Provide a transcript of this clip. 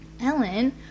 Ellen